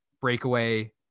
breakaway